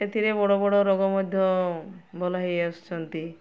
ସେଥିରେ ବଡ଼ ବଡ଼ ରୋଗ ମଧ୍ୟ ଭଲ ହେଇଆସୁଛନ୍ତି